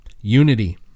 unity